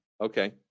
Okay